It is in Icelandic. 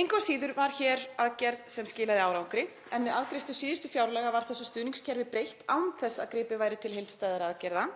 Engu að síður var hér aðgerð sem skilaði árangri en við afgreiðslu síðustu fjárlaga var þessu stuðningskerfi breytt án þess að gripið væri til heildstæðra aðgerða.